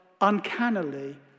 uncannily